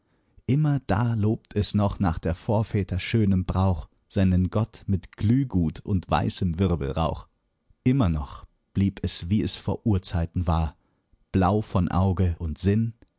immerdar lobt es noch nach der vorväter schönem brauch seinen gott mit glühglut und weißem wirbelrauch immer noch blieb es wie es vor urzeiten war blau von auge und sinn